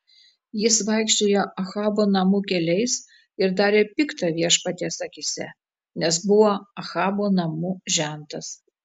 jis vaikščiojo ahabo namų keliais ir darė pikta viešpaties akyse nes buvo ahabo namų žentas